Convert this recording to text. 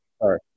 Sorry